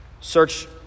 search